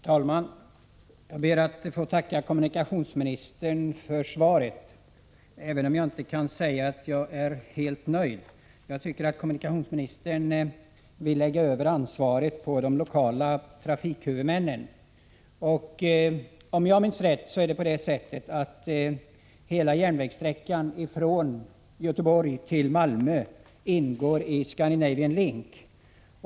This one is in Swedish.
Herr talman! Jag ber att få tacka kommunikationsministern för svaret, även om jag inte är helt nöjd. Jag tycker att kommunikationsministern vill lägga över ansvaret på de lokala trafikhuvudmännen. Om jag minns rätt är det på det sättet att hela järnvägssträckan från Göteborg till Malmö ingår i Scandinavian Link.